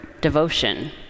devotion